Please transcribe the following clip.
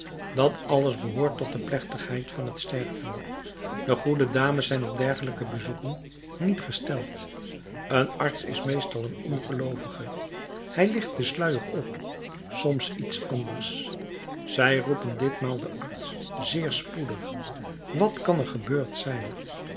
dat alles behoort tot de plechtigheid van het sterven de goede dames zijn op dergelijke bezoeken niet gesteld een arts is meestal een ongeloovige hij licht den sluier op soms iets anders zij roepen ditmaal den arts zeer spoedig wat kan er gebeurd zijn